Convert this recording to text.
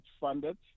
funded